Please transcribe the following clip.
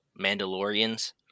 Mandalorians